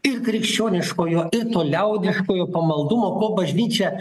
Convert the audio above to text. ir krikščioniškojo ir to liaudiškojo pamaldumo ko bažnyčia